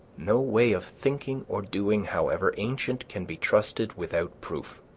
no way of thinking or doing, however ancient, can be trusted without proof.